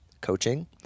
coaching